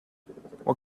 what